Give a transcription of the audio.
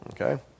Okay